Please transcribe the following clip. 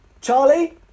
Charlie